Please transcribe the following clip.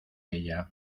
ella